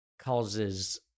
causes